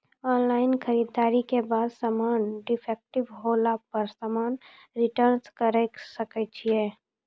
Online खरीददारी के बाद समान डिफेक्टिव होला पर समान रिटर्न्स करे सकय छियै?